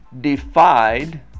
defied